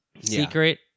Secret